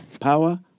power